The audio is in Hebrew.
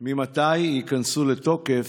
3. ממתי ייכנסו לתוקף?